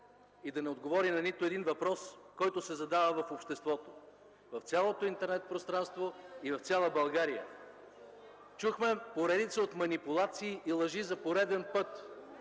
и да не отговори на нито един въпрос, който се задава в обществото, в цялото интернет пространство и в цяла България. Чухме поредица от манипулации и лъжи за пореден път!